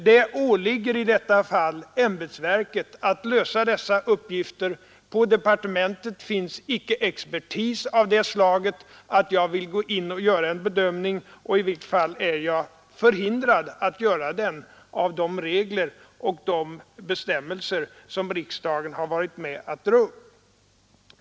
Det åligger i detta fall ämbetsverket att lösa uppgifterna. På departementet finns icke expertis av det slaget att jag vill göra en bedömning, och i vilket fall som helst är jag förhindrad att göra det av de regler och bestämmelser som riksdagen själv dragit upp.